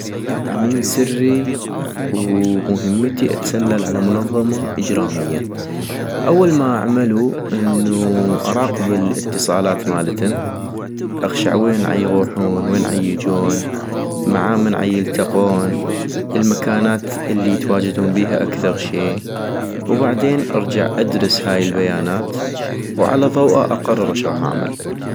عميل سري ومهمتي اتسلل على منظمة اجرامية! - اول ما اعملو انوو اراقب الاتصالات مالتم اغشع وين عيغوحون ؟ وين عيجون ؟ مع من عيلتقون؟ المكانات الي يتواجدون بيها اكثغ شي ؟- وبعدين اجي ادرس هاي البيانات، وعلى ضوئها اقرر اش غاح اعمل